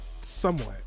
somewhat